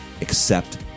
accept